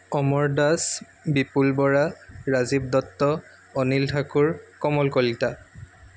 Qamar Das Bipul Bora Rajiv Dutta Anil Thakur Kamal Kalita